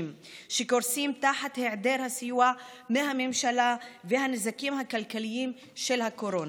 שקורסים תחת היעדר הסיוע מהממשלה והנזקים הכלכליים של הקורונה.